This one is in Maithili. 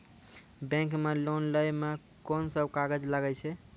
बैंक मे लोन लै मे कोन सब कागज लागै छै?